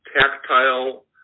tactile